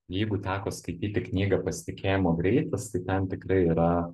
jeigu teko skaityti knygą pasitikėjimo greitis tai ten tikrai yra